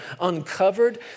uncovered